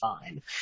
fine